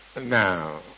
Now